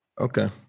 Okay